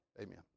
amen